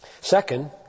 Second